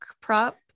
Prop